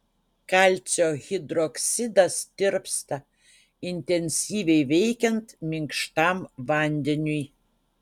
kalcio hidroksidas tirpsta intensyviai veikiant minkštam vandeniui